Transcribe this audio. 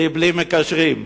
בלי מקשרים.